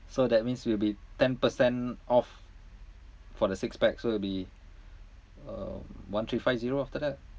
so that means it will be ten percent off for the six pax so it will be uh one three five zero after that